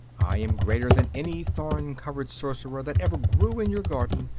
i am greater than any thorn-covered sorcerer that ever grew in your garden.